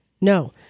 No